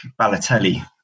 Balotelli